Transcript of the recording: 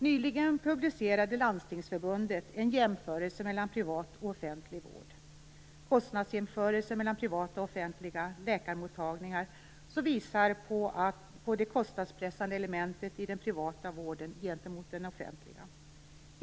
Nyligen publicerade Landstingsförbundet en jämförelse mellan privat och offentlig vård, Kostnadsjämförelser mellan privata och offentliga läkarmottagningar, som visar på det kostnadspressande elementet i den privata vården i förhållande till den offentliga.